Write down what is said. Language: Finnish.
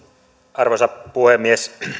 arvoisa puhemies